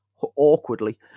awkwardly